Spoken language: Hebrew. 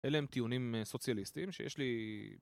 אלה הם טיעונים סוציאליסטיים שיש לי